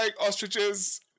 ostriches